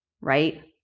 right